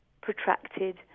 protracted